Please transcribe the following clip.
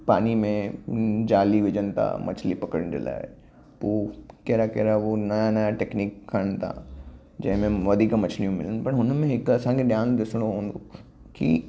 पानी में जाली विझनि था मछली पकड़नि जे लाइ पोइ कहिड़ा कहिड़ा उहो नयां नयां टैकनीक खणण था जंहिंमें वधीक मछलियूं मिलनि पर हुनमें हिकु असांखे ध्यानु ॾिसणो हू की